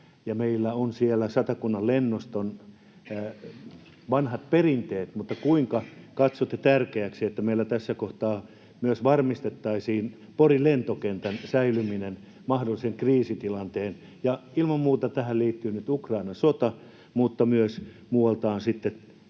meillä on siellä Satakunnan lennoston vanhat perinteet. Mutta kuinka tärkeäksi katsotte, että meillä tässä kohtaa myös varmistettaisiin Porin lentokentän säilyminen mahdollisen kriisitilanteen varalta? Ja ilman muuta tähän liittyy nyt Ukrainan sota, mutta myös muualta on sitten